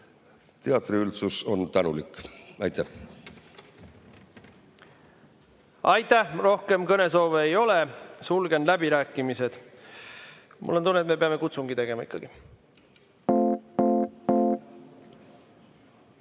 Teatriüldsus on tänulik. Aitäh! Aitäh! Rohkem kõnesoove ei ole, sulgen läbirääkimised. Mul on tunne, et me peame ikkagi kutsungi tegema. Head